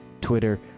Twitter